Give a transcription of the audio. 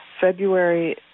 February